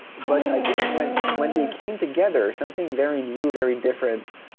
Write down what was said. but i think when when they came together, something very new, very different,